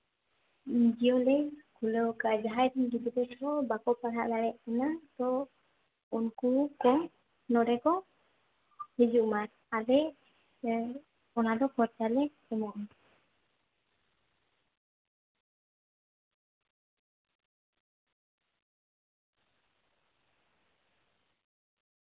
NGO ᱞᱮ ᱠᱷᱩᱞᱟᱹᱣ ᱟᱠᱟᱫᱼᱟ ᱡᱟᱦᱟᱸᱭ ᱨᱮᱱ ᱜᱤᱫᱽᱨᱟᱹ ᱠᱚ ᱵᱟᱠᱚ ᱯᱟᱲᱦᱟᱣ ᱫᱟᱲᱮᱭᱟᱜ ᱠᱟᱱᱟ ᱛᱚ ᱩᱱᱠᱩ ᱠᱚ ᱱᱚᱸᱰᱮ ᱠᱚ ᱦᱤᱡᱩᱜᱼᱢᱟ ᱟᱞᱮ ᱞᱮ ᱚᱱᱟ ᱫᱚ ᱠᱷᱚᱨᱪᱟ ᱞᱮ ᱮᱢᱚᱜᱼᱟ